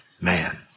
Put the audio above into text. man